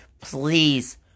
please